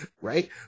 Right